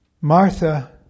Martha